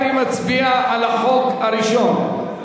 נצביע על החוק הראשון,